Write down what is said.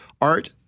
art